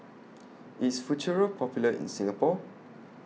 IS Futuro Popular in Singapore